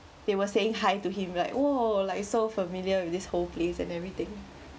they were saying hi to him like !whoa! like so familiar with this whole place and everything